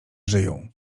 żyją